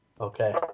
Okay